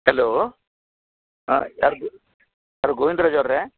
hello ಹಾಂ ಯಾರಿದು hello Govindraj ಅವರೇ